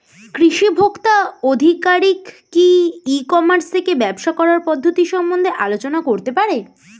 কৃষি ভোক্তা আধিকারিক কি ই কর্মাস থেকে ব্যবসা করার পদ্ধতি সম্বন্ধে আলোচনা করতে পারে?